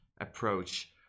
approach